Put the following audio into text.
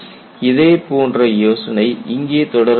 இதே போன்ற யோசனை இங்கே தொடரப்பட்டுள்ளது